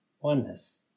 Oneness